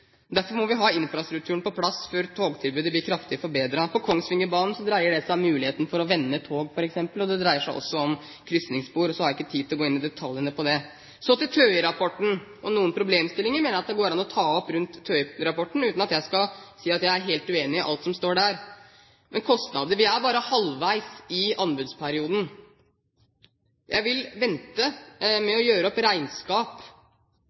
Derfor må vi ha infrastrukturen på plass før togtilbudet blir kraftig forbedret. På Kongsvingerbanen dreier det seg f.eks. om muligheten for å vende tog. Det dreier seg også om krysningsspor. Jeg har ikke tid til å gå inn på detaljene om det. Så til TØI-rapporten. Noen problemstillinger mener jeg det er mulig å ta opp om TØI-rapporten, uten at jeg skal si at jeg er helt uenig i alt som står der. Når det gjelder kostnader, er vi bare halvveis i anbudsperioden. Jeg vil vente med å gjøre opp regnskap